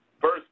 first